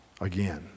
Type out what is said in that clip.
Again